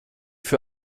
für